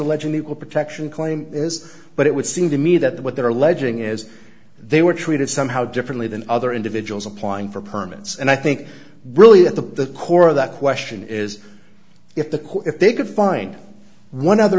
the protection claim is but it would seem to me that what they're alleging is they were treated somehow differently than other individuals applying for permits and i think really at the core of that question is if the court if they could find one other